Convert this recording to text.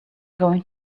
going